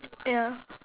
ya